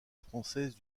française